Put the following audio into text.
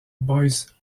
boys